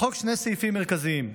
בחוק שני סעיפים מרכזיים: